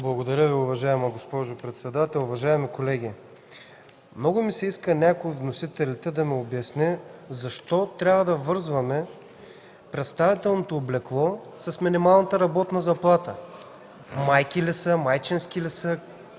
Благодаря Ви, уважаема госпожо председател. Уважаеми колеги, много ми се иска някой от вносителите да ми обясни защо трябва да връзваме представителното облекло с минималната работна заплата! Майки ли са, майчински ли са,